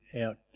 out